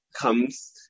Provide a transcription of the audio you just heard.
comes